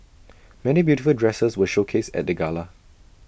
many beautiful dresses were showcased at the gala